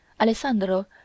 Alessandro